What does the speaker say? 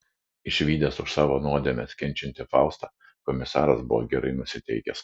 išvydęs už savo nuodėmes kenčiantį faustą komisaras buvo gerai nusiteikęs